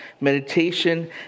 meditation